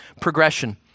progression